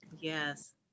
Yes